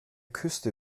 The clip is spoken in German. küste